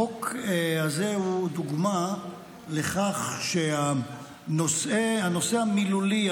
החוק הזה הוא דוגמה לכך שהנושא המילולי,